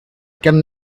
can